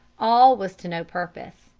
all was to no purpose.